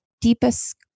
deepest